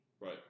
Right